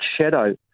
shadow